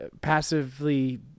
passively